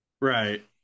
Right